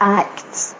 acts